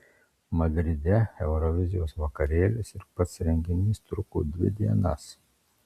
madride eurovizijos vakarėlis ir pats renginys truko dvi dienas